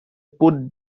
put